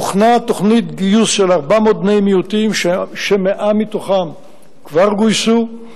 הוכנה תוכנית גיוס של 400 בני-מיעוטים ש-100 מהם כבר גויסו.